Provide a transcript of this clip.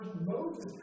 Moses